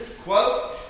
quote